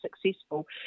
successful